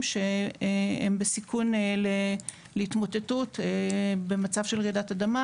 שהם בסיכון להתמוטטות במצב של רעידות אדמה,